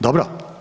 Dobro?